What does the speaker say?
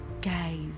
guys